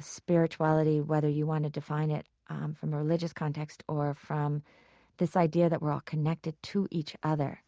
spirituality, whether you want to define it um from a religious context or from this idea that we're all connected to each other,